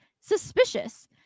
suspicious